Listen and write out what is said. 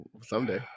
someday